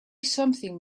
something